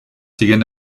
siguen